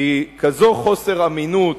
כי כזה חוסר אמינות